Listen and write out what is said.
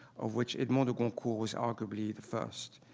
of which edmond de goncourt was arguably the first.